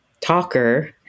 talker